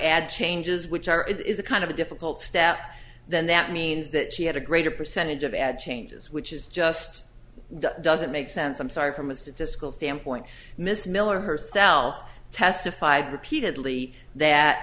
add changes which are is a kind of a difficult step then that means that she had a greater percentage of add changes which is just doesn't make sense i'm sorry from a statistical standpoint miss miller herself testified repeatedly that